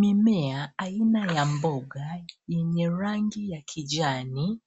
Mimea aina ya mboga yenye rangi ya kijani